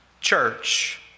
church